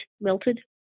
melted